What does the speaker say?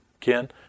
Ken